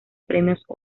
premios